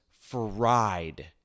fried